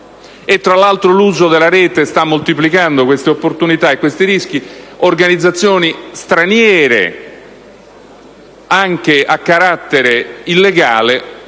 Tra l'altro, l'uso della rete sta moltiplicando queste opportunità e questi rischi. Organizzazioni straniere anche a carattere illegale